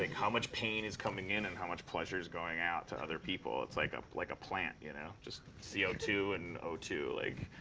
like how much pain is coming in, and how much pleasure is going out to other people. it's like ah like a plant, you know? just c o two and o two. like,